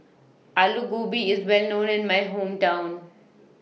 Alu Gobi IS Well known in My Hometown